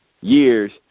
years